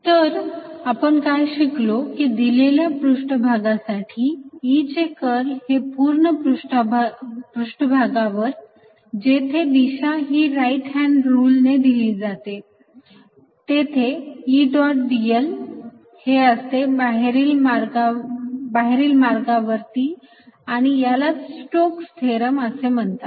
तर आपण काय शिकलो की दिलेल्या पृष्ठभागासाठी E चे कर्ल हे पूर्ण पृष्ठभागावर जेथे दिशा हि राईट हॅन्ड रुलने दिली जाते तेथे E डॉट dl हे असते बाहेरील मार्गावरती आणि यालाच स्टोक्स थेरम Stoke's Theorem असे म्हणतात